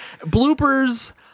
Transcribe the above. Bloopers